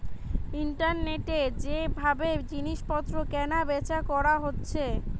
ইন্টারনেটে যে ভাবে জিনিস পত্র কেনা বেচা কোরা যাচ্ছে